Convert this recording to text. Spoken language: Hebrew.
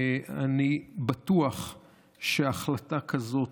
אני בטוח שהחלטה כזאת,